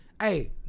hey